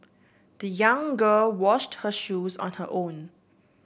the young girl washed her shoes on her own